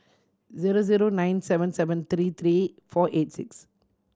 zero zero nine seven seven three three four eight six